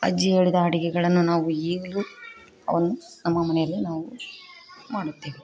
ಅಜ್ಜಿ ಹೇಳಿದ ಅಡಿಗೆಗಳನ್ನು ನಾವು ಈಗಲು ಆಲ್ಮೋಸ್ಟ್ ನಮ್ಮ ಮನೆಯಲ್ಲಿ ನಾವು ಮಾಡುತ್ತೇವೆ